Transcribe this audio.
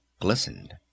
glistened